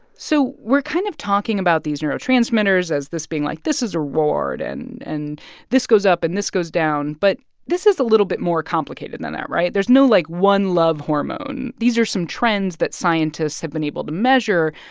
so we're kind of talking about these neurotransmitters as this being like, this is a reward, and and this goes up and this goes down. but this is a little bit more complicated complicated than that, right? there's no, like, one love hormone. these are some trends that scientists have been able to measure,